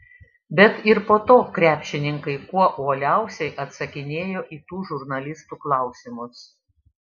bet ir po to krepšininkai kuo uoliausiai atsakinėjo į tų žurnalistų klausimus